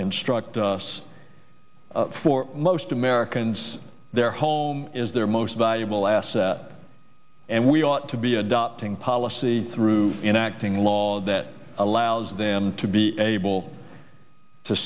instruct us for most americans their home is their most valuable asset and we ought to be adopting policy through interacting law that allows them to be able to